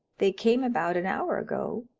they came about an hour ago.